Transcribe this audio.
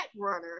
runner